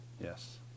Yes